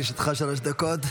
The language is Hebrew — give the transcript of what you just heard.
בבקשה, לרשותך שלוש דקות.